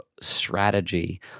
strategy